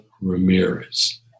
Ramirez